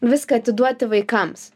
viską atiduoti vaikams